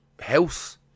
house